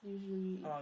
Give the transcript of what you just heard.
Usually